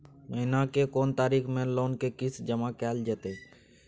महीना के कोन तारीख मे लोन के किस्त जमा कैल जेतै?